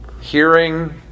hearing